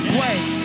wait